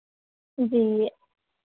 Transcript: जी ये